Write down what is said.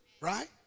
right